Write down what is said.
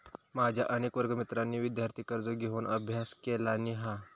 माझ्या अनेक वर्गमित्रांनी विदयार्थी कर्ज घेऊन अभ्यास केलानी हा